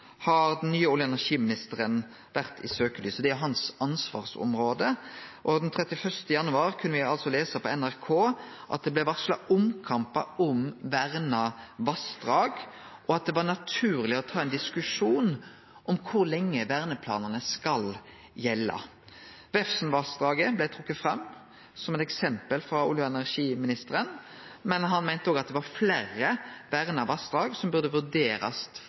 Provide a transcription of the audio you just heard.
har den nye olje- og energiministeren vore i søkjelyset. Det er hans ansvarsområde, og den 31. januar kunne me altså lese på NRK.no at det blei varsla omkampar om verna vassdrag, og at det var naturleg å ta ein diskusjon om kor lenge verneplanane skal gjelde. Vefsnavassdraget blei trekt fram som eit eksempel frå olje- og energiministeren, men han meinte òg at det var